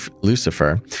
Lucifer